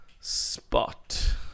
spot